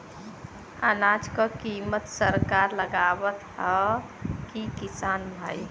अनाज क कीमत सरकार लगावत हैं कि किसान भाई?